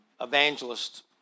evangelist